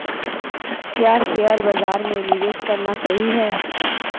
क्या शेयर बाज़ार में निवेश करना सही है?